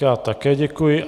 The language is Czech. Já také děkuji.